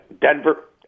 Denver